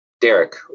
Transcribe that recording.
Derek